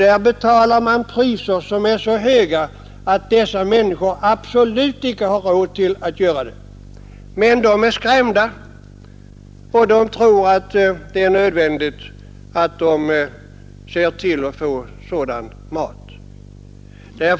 Där betalar de priser som är så höga, att de absolut icke skulle ha råd med dessa. De är emellertid uppskrämda och tror att det är nödvändigt att äta just dessa produkter.